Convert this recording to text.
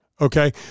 Okay